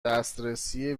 دسترسی